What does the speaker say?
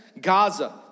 Gaza